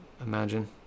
imagine